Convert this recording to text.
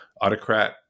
autocrat